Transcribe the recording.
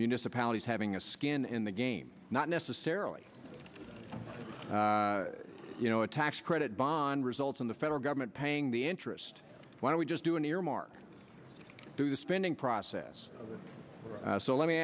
municipalities having a skin in the game not necessarily you know a tax credit bond results in the federal government paying the interest why don't we just do an earmark to the spending process so let me